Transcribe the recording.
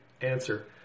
Answer